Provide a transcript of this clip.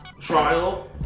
trial